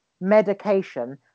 medication